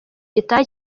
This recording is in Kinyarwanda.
gitaha